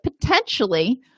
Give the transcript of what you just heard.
potentially